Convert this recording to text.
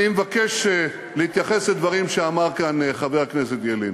אני מבקש להתייחס לדברים שאמר כאן חבר הכנסת ילין.